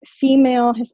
female